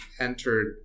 entered